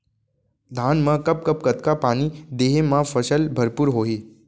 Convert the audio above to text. धान मा कब कब कतका पानी देहे मा फसल भरपूर होही?